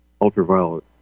ultraviolet